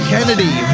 Kennedy